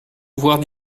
voire